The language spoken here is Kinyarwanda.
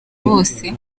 bose